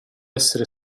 essere